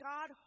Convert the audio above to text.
God